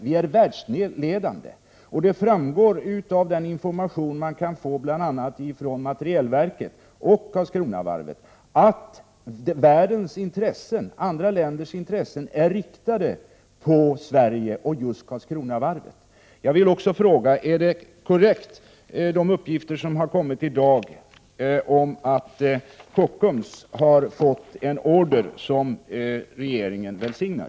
Vi är världsledande. Det framgår av den information man kan få från bl.a. materielverket och Karlskronavarvet att andra länders intressen är riktade på Sverige och just Karlskronavarvet. Jag vill också fråga: Är de uppgifter som har kommit i dag korrekta, om att Kockums har fått en order som regeringen välsignar?